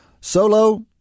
Solo